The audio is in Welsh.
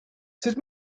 sut